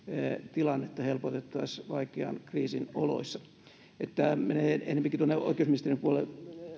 tilannetta helpotettaisiin vaikean kriisin oloissa tämä menee enempikin tuonne oikeusministeriön puolelle